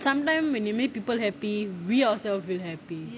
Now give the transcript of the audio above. sometime when you make people happy we ourselves will happy